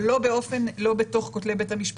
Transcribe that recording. אבל לא בתוך כותלי בית המשפט.